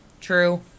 True